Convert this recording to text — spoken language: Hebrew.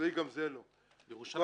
לכן